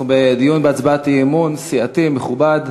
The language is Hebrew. אנחנו בדיון בהצעות אי-אמון סיעתי מכובד.